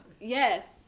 Yes